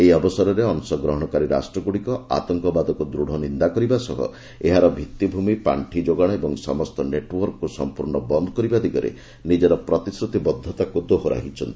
ଏହି ଅବସରରେ ଅଶଗ୍ରହଣକାରୀ ରାଷ୍ଟ୍ରଗୁଡ଼ିକ ଆତଙ୍କବାଦକୁ ଦୃଢ଼ ନିନ୍ଦା କରିବା ସହ ଏହାର ଭିଭିଭୂମି ପାର୍ଷି ଯୋଗାଣ ଏବଂ ସମସ୍ତ ନେଟୱର୍କକୁ ସମ୍ପର୍ଣ୍ଣ ବନ୍ଦ କରିବା ଦିଗରେ ନିଜର ପ୍ରତିଶ୍ରତିବଦ୍ଧତାକୁ ଦୋହରାଇଛନ୍ତି